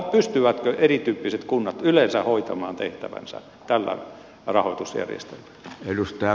pystyvätkö erityyppiset kunnat yleensä hoitamaan tehtävänsä tällä rahoitusjärjestelmällä